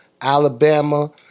alabama